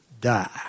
die